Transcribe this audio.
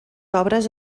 obres